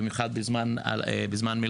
במיוחד בזמן מלחמה,